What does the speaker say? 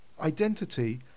Identity